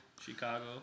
chicago